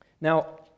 Now